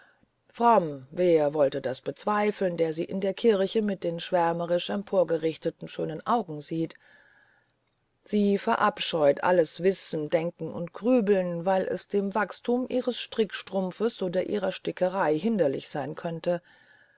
wer wollte das bezweifeln der sie in der kirche mit den schwärmerisch emporgerichteten schönen augen sieht sie verabscheut alles wissen denken und grübeln weil es dem wachstum ihres strickstrumpfes oder ihrer stickerei hinderlich sein könnte